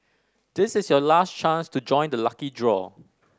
this is your last chance to join the lucky draw